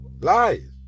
Lies